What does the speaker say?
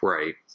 Right